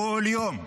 כל יום,